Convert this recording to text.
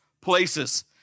places